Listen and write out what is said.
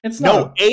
No